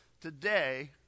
today